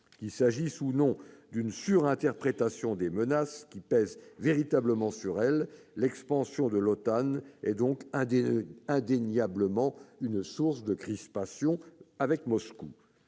Qu'il s'agisse ou non d'une surinterprétation des menaces qui pèsent véritablement sur elle, l'expansion de l'OTAN est donc indéniablement une source de crispations avec Moscou.